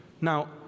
Now